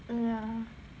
oh ya